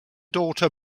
daughter